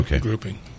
grouping